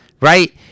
right